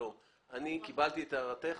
קיבלתי את הערתך.